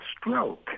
stroke